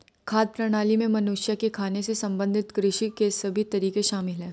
खाद्य प्रणाली में मनुष्य के खाने से संबंधित कृषि के सभी तरीके शामिल है